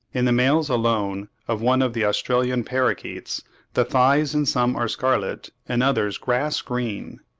in the males alone of one of the australian parrakeets the thighs in some are scarlet, in others grass-green.